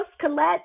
Colette